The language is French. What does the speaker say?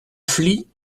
flies